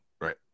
right